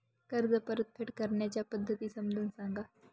कर्ज परतफेड करण्याच्या पद्धती समजून सांगा